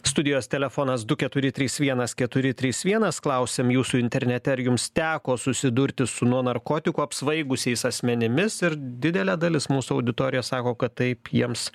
studijos telefonas du keturi trys vienas keturi trys vienas klausiam jūsų internete ar jums teko susidurti su nuo narkotikų apsvaigusiais asmenimis ir didelė dalis mūsų auditorijos sako kad taip jiems